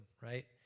right